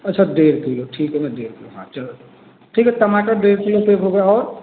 अच्छा डेढ़ किलो ठीक है मैं दे रहा हूँ हाँ चलो ठीक है टमाटर डेढ़ किलो पैक हो गए और